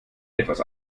etwas